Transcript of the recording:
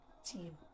team